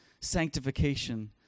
sanctification